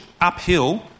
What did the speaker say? uphill